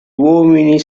uomini